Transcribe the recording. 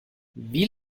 wie